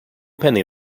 penny